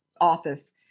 office